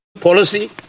policy